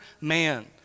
man